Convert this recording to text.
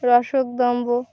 রসকদম্ব